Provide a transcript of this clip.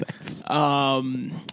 Thanks